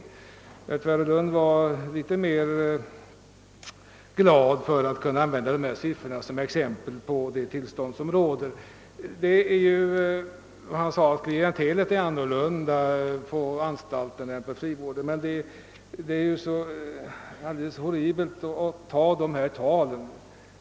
Herr Nilsson i Tvärålund verkade mera glad över att kunna använda dessa siffror som exempel på det tillstånd som råder. Han sade att klientelet på anstalterna skiljer sig från det som finns inom frivården. Det är emellertid alldeles horribelt att ta de nämnda procenttalen som utgångspunkt för en bedömning.